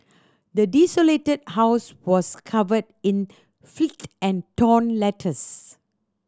the desolated house was covered in and torn letters